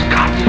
God